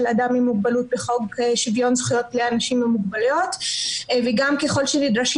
אדם עם מוגבלות בחוק שוויון זכויות לאנשים עם מוגבלות וגם ככל שנדרשים